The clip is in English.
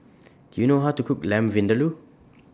Do YOU know How to Cook Lamb Vindaloo